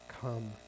come